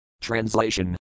Translation